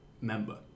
member